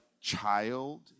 child